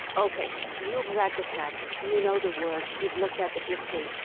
ok, you've read the text. you know the words. you've looked at the history.